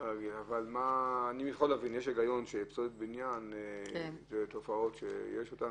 אני מבין שפסולת בניין זו תופעה שיש אותה,